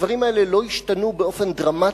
הדברים האלה לא השתנו באופן דרמטי.